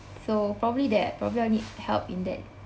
so probably that probably I'll need help in that